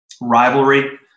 rivalry